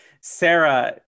Sarah